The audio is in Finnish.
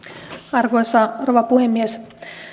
arvoisa rouva puhemies